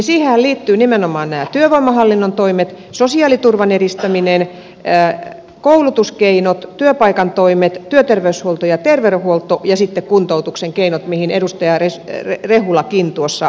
siihenhän liittyvät nimenomaan nämä työvoimahallinnon toimet sosiaaliturvan edistäminen koulutuskeinot työpaikan toimet työterveyshuolto ja terveydenhuolto ja sitten kuntoutuksen keinot mistä edustaja rehulakin tuossa mainitsi